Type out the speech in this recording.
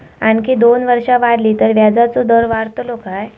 आणखी दोन वर्षा वाढली तर व्याजाचो दर वाढतलो काय?